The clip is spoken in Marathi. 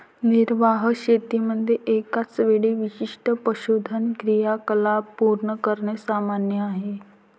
निर्वाह शेतीमध्ये एकाच वेळी विशिष्ट पशुधन क्रियाकलाप पूर्ण करणे सामान्य आहे